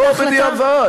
לא בדיעבד.